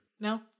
No